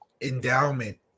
endowment